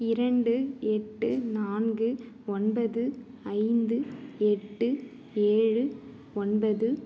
இரண்டு எட்டு நான்கு ஒன்பது ஐந்து எட்டு ஏழு ஒன்பது